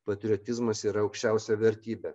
patriotizmas yra aukščiausia vertybė